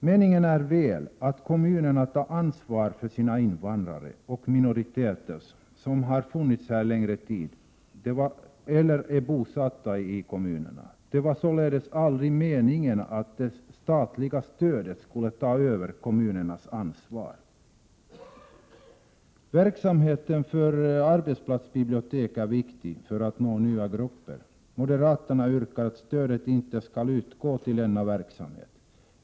Meningen är väl att kommunerna tar ansvar för sina invandrare och minoriteter som har vistats här en längre tid — eller är bosatta i kommunerna. Det var således aldrig meningen att det statliga stödet skulle ta över kommunernas ansvar. Arbetsplatsbibliotekens verksamhet är viktig när det gäller att nå nya grupper. Moderaterna yrkar att stödet inte skall utgå till denna verksamhet.